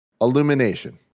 illumination